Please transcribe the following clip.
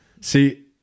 See